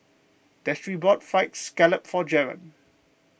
Destry bought Fried Scallop for Jaron